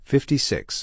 Fifty-six